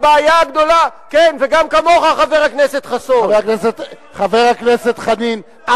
כן, וכמובן גם כמוך, חבר הכנסת חסון.